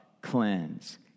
cleanse